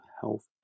health